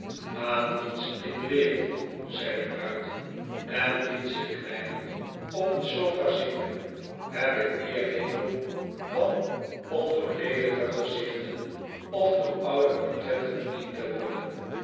aan niets in de wereld zei de bruid en liet zich kwijnend op een sofa zinken heb ik meer hekel dan om door leelijke gezichten of door oude portretten bediend te worden